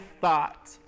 thought